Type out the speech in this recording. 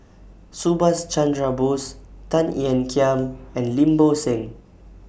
Subhas Chandra Bose Tan Ean Kiam and Lim Bo Seng